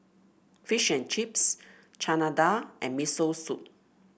Fish and Chips Chana Dal and Miso Soup